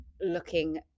looking